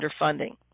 underfunding